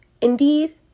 Indeed